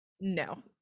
No